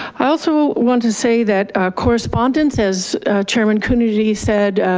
i also want to say that correspondence as chairman coonerty said,